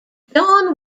john